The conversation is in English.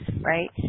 right